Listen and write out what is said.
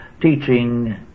teaching